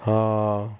ହଁ